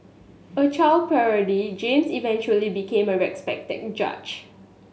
a child prodigy James eventually became a respected judge